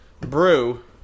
brew